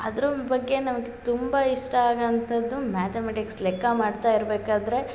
ಅದ್ರ ಬಗ್ಗೆ ನಮಗ್ ತುಂಬ ಇಷ್ಟ ಆಗೊಂಥದ್ದು ಮ್ಯಾತಮೆಟಿಕ್ಸ್ ಲೆಕ್ಕ ಮಾಡ್ತಾ ಇರ್ಬೇಕಾದರೆ